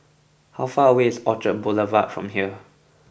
how far away is Orchard Boulevard from here